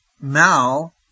Mal